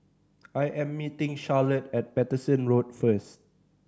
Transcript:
I am meeting Charlotte at Paterson Road first